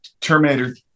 Terminator